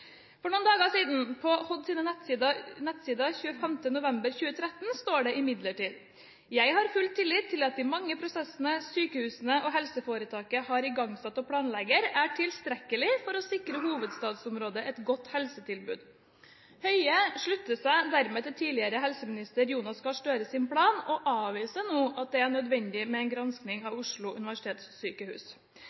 For noen dager siden, 25. november 2013, sto det imidlertid på Helse- og omsorgsdepartementets nettsider: «Jeg har tillit til at de mange prosessene sykehusene og helseforetaket har igangsatt og planlegger, er tilstrekkelige for å sikre hovedstadsområdet et godt helsetilbud.» Høie slutter seg dermed til tidligere helseminister Jonas Gahr Støres plan og avviser nå at det er nødvendig med en gransking av Oslo universitetssykehus.